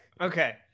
Okay